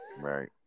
Right